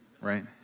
Right